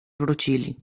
wrócili